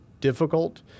difficult